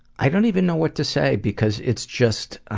i don't even know what to say, because it's just. ah